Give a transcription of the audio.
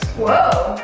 whoa!